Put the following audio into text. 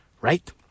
Right